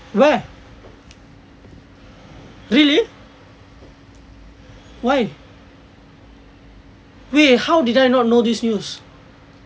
where really why wait how did I not know this news